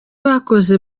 bakoze